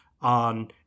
on